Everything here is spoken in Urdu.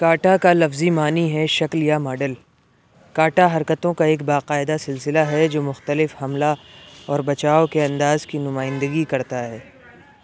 کاٹا کا لفظی معنی ہے شکل یا ماڈل کاٹا حرکتوں کا ایک باقاعدہ سلسلہ ہے جو مختلف حملہ اور بچاو کے انداز کی نمائندگی کرتا ہے